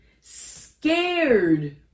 Scared